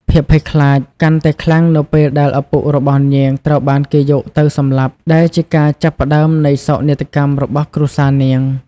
ភាពភ័យខ្លាចកាន់តែខ្លាំងនៅពេលដែលឪពុករបស់នាងត្រូវបានគេយកទៅសម្លាប់ ដែលជាការចាប់ផ្ដើមនៃសោកនាដកម្មរបស់គ្រួសារនាង។